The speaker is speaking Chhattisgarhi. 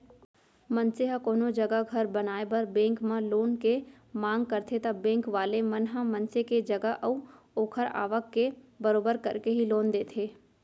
मनसे ह कोनो जघा घर बनाए बर बेंक म लोन के मांग करथे ता बेंक वाले मन ह मनसे के जगा अऊ ओखर आवक के बरोबर करके ही लोन देथे